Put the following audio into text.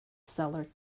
seller